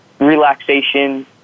relaxation